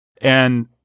And-